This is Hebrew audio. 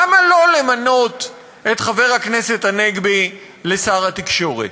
למה לא למנות את חבר הכנסת הנגבי לשר התקשורת?